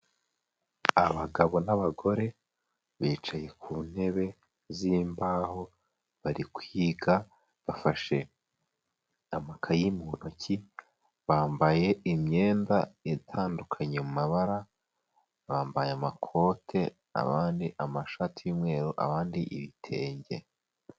Abagabo n'abagore bicaye ku ntebe z'imbaho bari kwiga bafashe amakayi mu ntoki, bambaye imyenda itandukanye mu mabara bambaye amakote abandi amashati y'umweru abandi ibitenge.